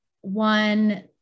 one